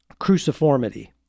cruciformity